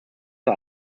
are